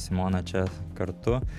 simona čia kartu